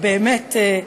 זכותך לברך.